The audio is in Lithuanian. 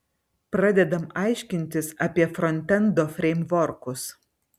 pradedam aiškintis apie frontendo freimvorkus